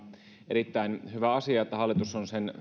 erittäin hyvä asia että hallitus on sen